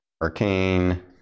arcane